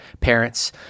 parents